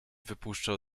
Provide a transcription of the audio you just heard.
wypuszczał